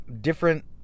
different